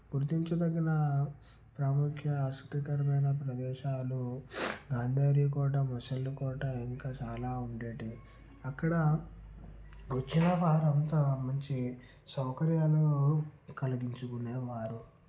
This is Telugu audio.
గుర్తించదగిన ప్రాముఖ్య ఆసక్తికరమైన ప్రదేశాలు గాంధర్య కోట మొసలి కోట ఇంకా చాలా ఉండేవి అక్కడ వచ్చిన వారంతా మంచి సౌకర్యాలు కలిగించుకునేవారు